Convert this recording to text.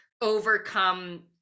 overcome